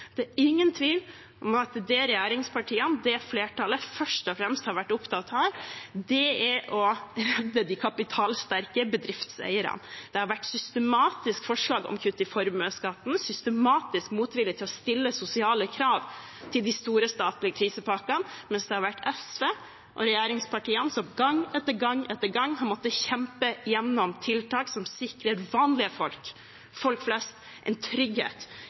Det er ingen tvil om at det regjeringspartiene og flertallet først og fremst har vært opptatt av, er å redde de kapitalsterke bedriftseierne. Det har systematisk vært forslag om kutt i formuesskatten, systematisk motvilje mot å stille sosiale krav i de store statlige krisepakkene, mens det har vært SV og opposisjonspartiene som gang etter gang etter gang har måttet kjempe gjennom tiltak som sikrer vanlige folk, folk flest, en trygghet